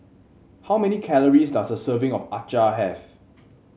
how many calories does a serving of acar have